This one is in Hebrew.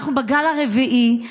אנחנו בגל הרביעי,